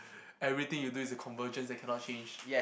everything you do is a convergence that cannot change